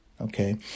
Okay